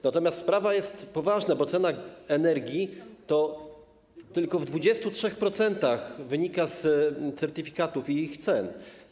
Natomiast sprawa jest poważna, bo cena energii tylko w 23% wynika z certyfikatów i ich cen.